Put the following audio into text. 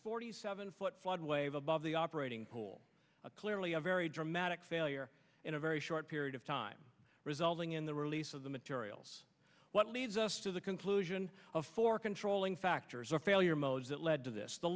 forty seven foot flood wave above the operating pool clearly a very dramatic failure in a very short period of time resulting in the release of the materials what leads us to the conclusion of four controlling factors a failure modes that led to this the